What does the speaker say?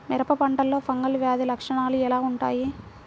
మిరప పంటలో ఫంగల్ వ్యాధి లక్షణాలు ఎలా వుంటాయి?